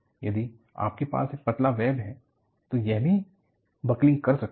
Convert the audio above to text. यदि आपके पास एक पतला वेब है तो यह भी बकलिंग कर सकता है